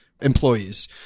employees